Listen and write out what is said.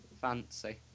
Fancy